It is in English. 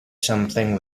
something